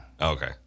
Okay